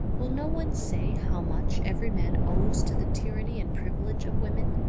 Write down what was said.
will no one say how much every man owes to the tyranny and privilege of women,